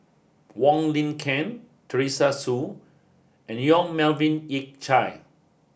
Wang Lin Ken Teresa Hsu and Yong Melvin Yik Chye